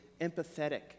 empathetic